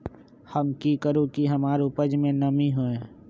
हम की करू की हमार उपज में नमी होए?